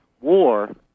war